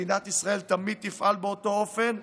מדינת ישראל תמיד תפעל באותו אופן.